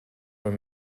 were